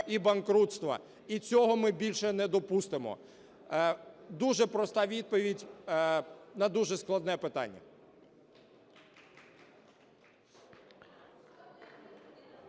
і банкрутство. І цього ми більше недопустимо. Дуже проста відповідь на дуже складне питання.